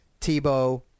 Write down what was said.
Tebow